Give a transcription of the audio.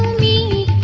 me